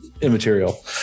immaterial